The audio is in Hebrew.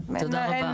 תודה רבה.